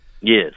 Yes